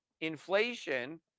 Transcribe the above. inflation